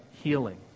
healing